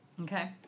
Okay